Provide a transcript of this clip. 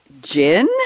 gin